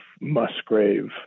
Musgrave